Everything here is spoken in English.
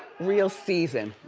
real season.